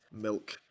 milk